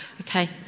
Okay